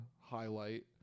highlight